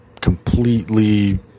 completely